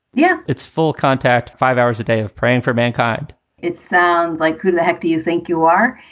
yeah, it's full contact. five hours a day of praying for mankind it sounds like krulak do you think you are?